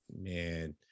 man